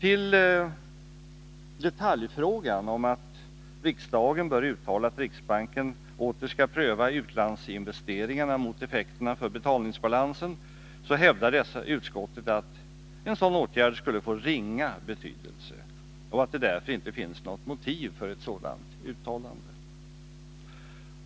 I detaljfrågan, att riksdagen bör uttala att riksbanken åter skall pröva utlandsinvesteringarna mot effekterna för betalningsbalansen, hävdar utskottet att en sådan åtgärd skulle få ringa betydelse och att det därför inte finns något motiv för ett sådant uttalande.